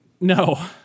No